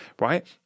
right